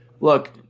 look